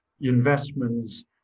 investments